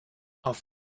auf